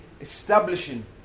establishing